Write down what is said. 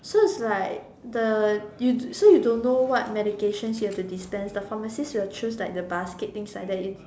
so is like the you so you don't know what medication you have to dispense the pharmacist will choose the basket and things like that you